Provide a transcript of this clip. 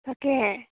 তাকেহে